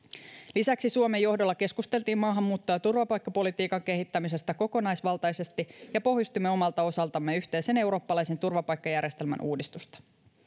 lisäksi suomen johdolla keskusteltiin maahanmuutto ja turvapaikkapolitiikan kehittämisestä kokonaisvaltaisesti ja pohjustimme omalta osaltamme yhteisen eurooppalaisen turvapaikkajärjestelmän uudistusta